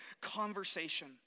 conversation